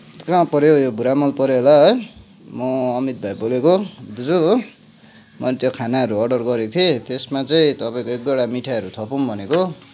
कहाँ पऱ्यो है यो भ्रामल पऱ्यो होला है म अमित भाइ बोलेको दाजु मैले त्यो खानाहरू अर्डर गरेको थिएँ त्यसमा चाहिँ तपाईँको एक दुईवटा मिठाई थपौँ भनेको